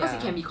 ya